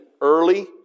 early